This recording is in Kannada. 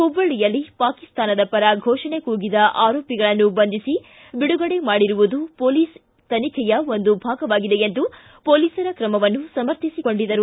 ಹುಬ್ಬಳ್ಳಿಯಲ್ಲಿ ಪಾಕಿಸ್ತಾನದ ಪರ ಫೋಷಣೆ ಕೂಗಿದ ಆರೋಪಿಗಳನ್ನು ಬಂಧಿಸಿ ಬಿಡುಗಡೆ ಮಾಡಿರುವುದು ಪೊಲೀಸ್ ತನಿಖೆಯ ಒಂದು ಭಾಗವಾಗಿದೆ ಎಂದು ಪೊಲೀಸರ ಕ್ರಮವನ್ನು ಸಮರ್ಥಿಸಿಕೊಂಡರು